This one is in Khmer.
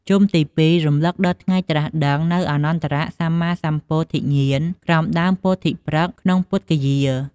ជុំទី ២ រំលឹកដល់ ថ្ងៃត្រាស់ដឹង នូវអនុត្តរសម្មាសម្ពោធិញ្ញាណក្រោមដើមពោធិព្រឹក្សក្នុងពុទ្ធគយា។